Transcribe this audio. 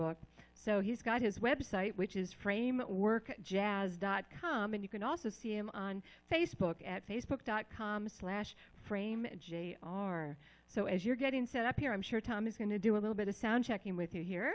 songbook so he's got his web site which is framework jazz dot com and you can also see him on facebook at facebook dot com slash frame j r so as you're getting set up here i'm sure tom is going to do a little bit of sound checking with you here